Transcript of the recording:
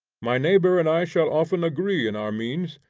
my neighbor and i shall often agree in our means,